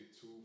two